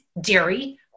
dairy